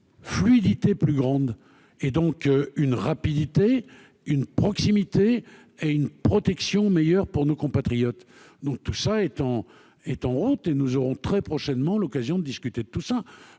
fluidité plus grande et donc une rapidité, une proximité et une protection meilleur pour nos compatriotes, donc tout ça étant est en autre et nous aurons très prochainement l'occasion de discuter de tout ça,